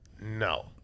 no